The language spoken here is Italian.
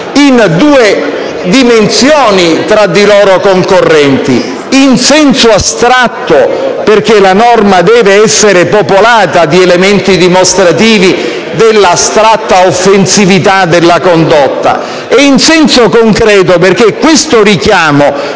in due dimensioni tra di loro concorrenti: in senso astratto, perché la norma deve essere popolata di elementi dimostrativi della astratta offensività della condotta; in senso concreto, perché questo richiamo